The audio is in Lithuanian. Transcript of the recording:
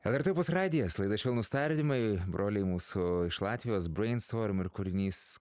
lrt opus radijas laida švelnūs tardymai broliai mūsų iš latvijos breinstorm ir kūrinys